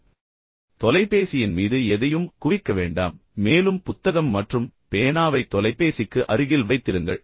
எனவே அதைச் செய்யாதீர்கள் தொலைபேசியின் மீது எதையும் குவிக்க வேண்டாம் அதைச் சுத்தமாக வைத்திருங்கள் மேலும் புத்தகம் மற்றும் பேனாவை தொலைபேசிக்கு அருகில் வைத்திருங்கள்